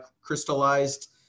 crystallized